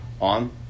on